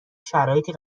شرایطی